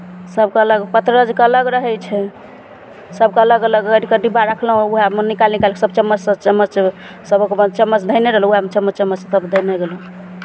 सभके अलग पतरजके अलग रहै छै सभकेँ अलग अलग करि कऽ डिब्बामे रखलहुँ उएहमे निकालि निकालि कऽ सभ चम्मचसँ चम्मच सभमे चम्मच धयने रहलहुँ उएहमे चम्मचसँ सभ देने गेलहुँ